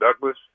Douglas